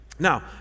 Now